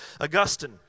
Augustine